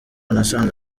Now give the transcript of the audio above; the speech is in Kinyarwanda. nasanze